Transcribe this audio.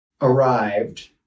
arrived